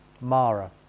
Mara